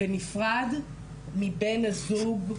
בנפרד מבן הזוג,